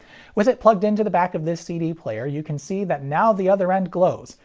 with it plugged into the back of this cd player, you can see that now the other end glows,